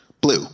Blue